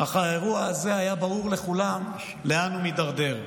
אך היה ברור לכולם לאן האירוע הזה מידרדר.